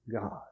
God